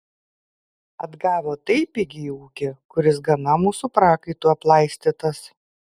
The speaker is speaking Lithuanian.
atgavo taip pigiai ūkį kuris gana mūsų prakaitu aplaistytas